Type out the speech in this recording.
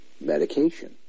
medication